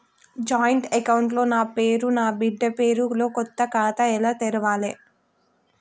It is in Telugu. జాయింట్ అకౌంట్ లో నా పేరు నా బిడ్డే పేరు తో కొత్త ఖాతా ఎలా తెరవాలి?